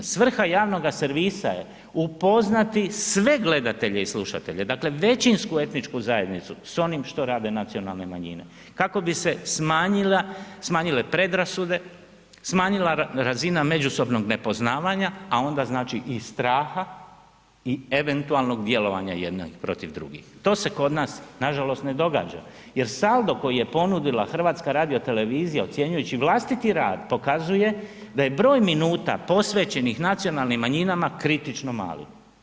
Svrha javnoga servisa je upoznati sve gledatelje i slušatelje, dakle većinsku etničku zajednicu sa onim što rade nacionalne manjine kako bi se smanjile predrasude, smanjila razina međusobnog nepoznavanja a onda znači i straha i eventualnog djelovanja jedne protiv drugih, to se kod nas nažalost ne događa jer saldo koji je ponudila HRT ocjenjujući vlastiti rad pokazuje da broj minuta posvećenih nacionalnim manjinama, kritično mali.